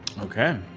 Okay